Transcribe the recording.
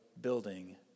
building